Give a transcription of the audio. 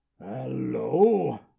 Hello